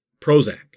Prozac